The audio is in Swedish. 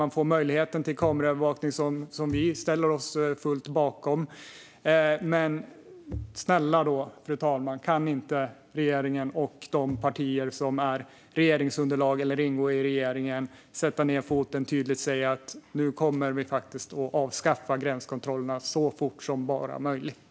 Man får möjligheten till kameraövervakning, som vi ställer oss bakom fullt ut. Men snälla - kan inte regeringen och de partier som är regeringsunderlag eller ingår i regeringen sätta ned foten och tydligt säga att den kommer att avskaffa gränskontrollerna så fort som det bara är möjligt?